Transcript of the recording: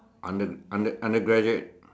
under under undergraduate